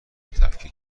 تفکیک